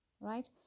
right